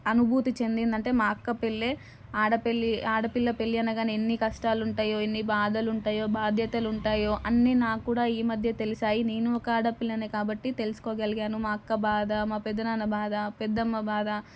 అనుభూతి చెందింది అంటే మా అక్క పెళ్ళే ఆడ పెళ్ళి ఆడపిల్ల పెళ్ళి అనగానే ఎన్ని కష్టాలు ఉంటాయో ఎన్ని బాధలు ఉంటాయో బాధ్యతలు ఉంటాయో అన్నీ నాకు కూడా ఈ మధ్యే తెలిసాయి నేను ఒక ఆడపిల్లనే కాబట్టి తెలుసుకోగలిగాను మా అక్క బాధ మా పెదనాన్న బాధ పెద్దమ్మ బాధ